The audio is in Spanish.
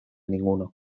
ninguno